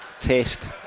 test